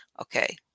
Okay